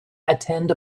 attend